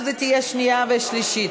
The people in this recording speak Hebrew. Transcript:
וזה יהיה שנייה ושלישית,